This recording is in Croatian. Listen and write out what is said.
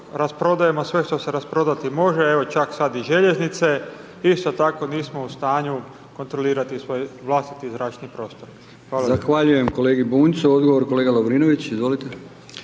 sve što se rasprodati može, evo, čak sad i željeznice, isto tako nismo u stanju kontrolirati svoj vlastiti zračni prostor.